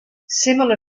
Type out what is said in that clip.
similar